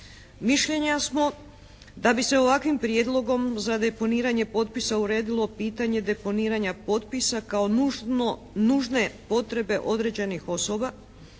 Mišljenja smo da bi se ovakvim prijedlogom za deponiranje potpisa uredilo pitanje deponiranja potpisa kao nužne potrebe određenih osoba